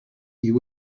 you